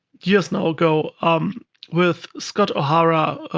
years now ago um with scott o'hara,